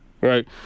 Right